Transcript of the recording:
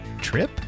Trip